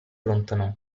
allontanò